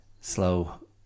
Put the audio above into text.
slow